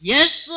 Yes